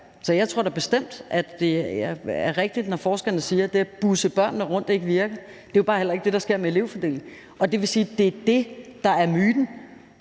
Så jeg tror da bestemt, at det er rigtigt, når forskerne siger, at det at busse børnene rundt ikke virker. Det er jo bare heller ikke det, der sker med elevfordelingen, og det vil sige, at det er det, der er myten.